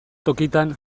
tokitan